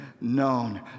known